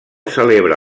celebra